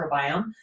microbiome